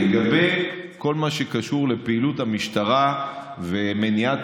לגבי כל מה שקשור לפעילות המשטרה ומניעת